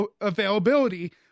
availability